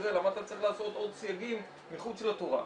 למה אתה צריך לעשות עוד סייגים מחוץ לתורה,